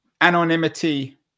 anonymity